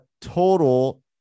total